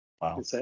Wow